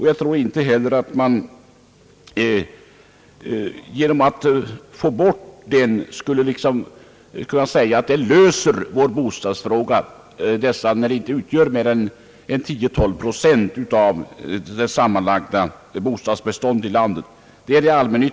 Jag tror inte heller att man genom att ta bort den skulle kunna lösa vår bostadsfråga, speciellt då den inte gäller för mer än 10 till 12 procent av det sammanlagda bostadsbeståndet i landet.